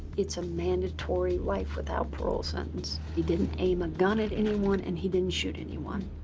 it's a mandatory life without parole sentence. he didn't aim a gun at anyone. and he didn't shoot anyone.